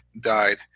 died